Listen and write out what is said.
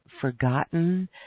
forgotten